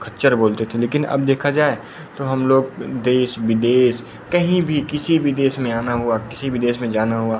खच्चर बोलते थे लेकिन अब देखा जाए तो हम लोग देश विदेश कहीं भी किसी भी देश में आना हुआ किसी भी देश में जाना हुआ